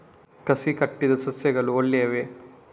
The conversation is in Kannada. ಕಸಿ ಕಟ್ಟಿದ ಸಸ್ಯಗಳು ಒಳ್ಳೆಯವೇ?